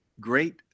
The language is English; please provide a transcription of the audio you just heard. great